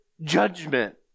judgment